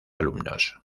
alumnos